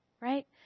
right